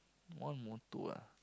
one motto ah